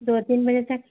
दो तीन बजे तक